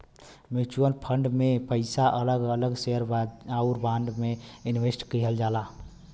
mutual fund में पइसा अलग अलग शेयर आउर बांड में इनवेस्ट किहल जाला